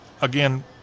again